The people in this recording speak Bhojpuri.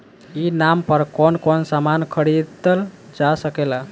ई नाम पर कौन कौन समान खरीदल जा सकेला?